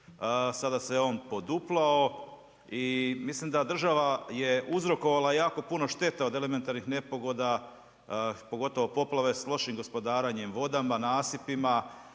sada se on poduplao. I mislim da država je uzrokovala jako puno šteta od elementarnih nepogoda pogotovo poplave sa lošim gospodarenjem vodama, nasipima,